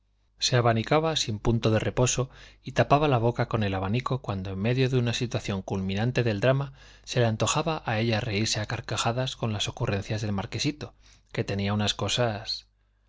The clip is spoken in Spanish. sin punto de reposo y tapaba la boca con el abanico cuando en medio de una situación culminante del drama se le antojaba a ella reírse a carcajadas con las ocurrencias del marquesito que tenía unas cosas